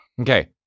Okay